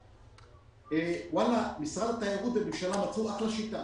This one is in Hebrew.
משרד התיירות, אותה שיטה.